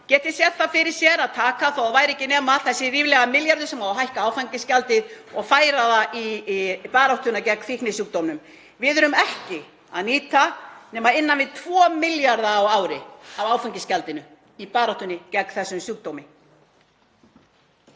geti séð fyrir sér að taka þó það væri ekki nema þennan ríflega milljarð sem á að hækka áfengisgjaldið um og færa það inn í baráttuna gegn fíknisjúkdómnum. Við erum ekki að nýta nema innan við 2 milljarða á ári af áfengisgjaldinu í baráttunni gegn þessum sjúkdómi.